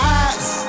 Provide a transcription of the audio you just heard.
eyes